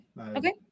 Okay